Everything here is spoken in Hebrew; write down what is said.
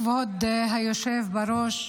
כבוד היושב בראש,